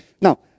Now